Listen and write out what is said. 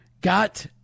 got